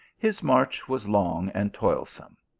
his march was long and toilsome.